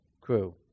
crew